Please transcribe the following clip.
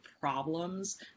problems